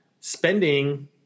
spending